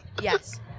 Yes